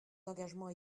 d’engagement